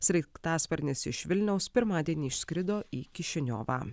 sraigtasparnis iš vilniaus pirmadienį išskrido į kišiniovą